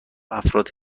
افراد